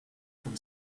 from